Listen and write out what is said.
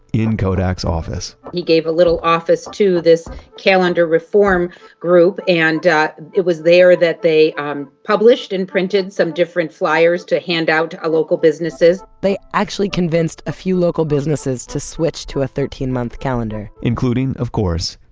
in kodak's office he gave a little office to this calendar reform group, and it was there that they um published and printed some different flyers to hand out to ah local businesses they actually convinced a few local businesses to switch to a thirteen month calendar including, of course,